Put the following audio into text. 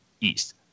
East